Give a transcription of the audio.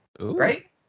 Right